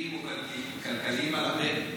תקציביים או כלכליים על הפרק.